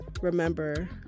Remember